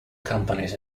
companies